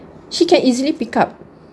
she can easily pick up